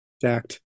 Stacked